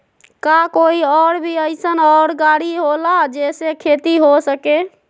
का कोई और भी अइसन और गाड़ी होला जे से खेती हो सके?